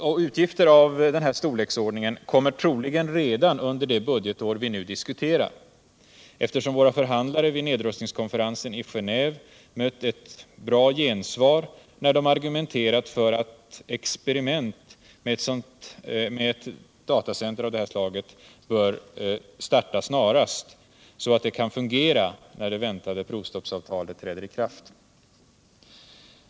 Och utgifter av denna storleksordning kommer troligen redan under det budgetår vi nu diskuterar, eftersom våra förhandlare vid nedrustningskonferensen i Genéve mött ett bra gensvar när de argumenterat för att experiment med ett datacentrum av det här slaget bör starta snarast, så att detta centrum kan fungera när det väntade provstoppsavtalet träder i kraft.